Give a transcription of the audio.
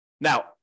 Now